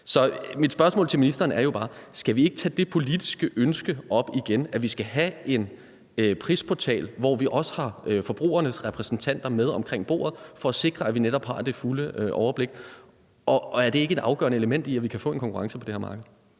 Så mit spørgsmål til ministeren er jo bare: Skal vi ikke tage det politiske ønske op igen, at vi skal have en prisportal, hvor vi også har forbrugernes repræsentanter med omkring bordet, for at sikre, at vi netop har det fulde overblik? Og er det ikke et afgørende element i, at vi kan få en konkurrence på det her marked?